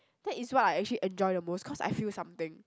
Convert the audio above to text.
that is what I actually enjoy the most cause I feel something